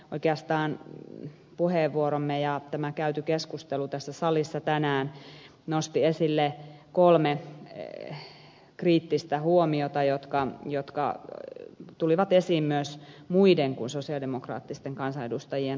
oikeastaan puheenvuoromme ja tämä käyty keskustelu tässä salissa tänään nostivat esille kolme kriittistä huomiota jotka tulivat esiin myös muiden kuin sosialidemokraattisten kansanedustajien toimesta